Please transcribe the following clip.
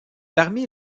parmi